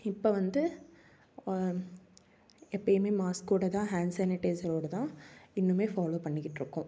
இப்போ வந்து எப்போயுமே மாஸ்க்கோடு தான் ஹேண்ட் சேனிடைசரோடு தான் இன்றுமே ஃபாலோவ் பண்ணிக்கிட்டிருக்கோம்